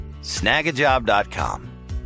Snagajob.com